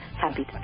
happy